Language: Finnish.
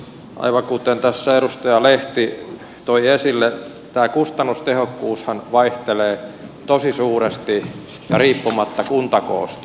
aivan kuten tässä edustaja lehti toi esille tämä kustannustehokkuushan vaihtelee tosi suuresti ja riippumatta kuntakoosta